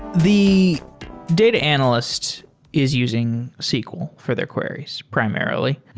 the data analyst is using sql for their queries, primarily.